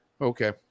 Okay